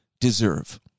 deserve